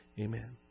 amen